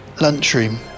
lunchroom